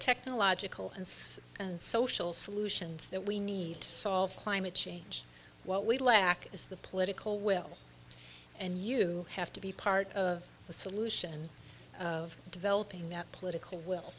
technological and six and social solutions that we need to solve climate change what we lack is the political will and you have to be part of the solution and of developing that political will